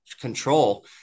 control